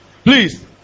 Please